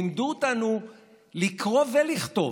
לימדו אותנו לקרוא ולכתוב.